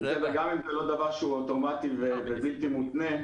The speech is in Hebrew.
גם אם זה לא דבר אוטומטי ובלתי מותנה,